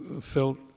felt